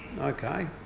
Okay